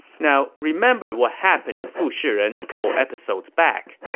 now, remember what happened to fu shiren a couple episodes back.